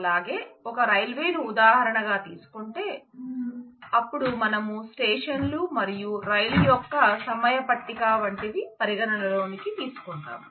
అలాగే ఒక రైల్వేను ఉదాహారణ గా తీసుకుంటే అపుడు మనం స్టేషన్ లు మరియు రైలు యొక్క సమయ పట్టిక వంటివి పరిగణలోనికి తీసుకుంటాము